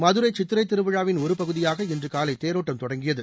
மதுரை சித்திரை திருவிழாவின் ஒரு பகுதியாக இன்று காலை தேரோட்டம் தொடங்கியது